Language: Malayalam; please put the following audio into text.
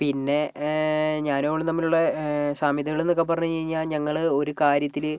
പിന്നെ ഞാനും അവളും തമ്മിലുള്ള സാമ്യതകൾ എന്നൊക്കെ പറഞ്ഞ് കഴിഞ്ഞാൽ ഞങ്ങൾ ഒരു കാര്യത്തിൽ